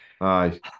Aye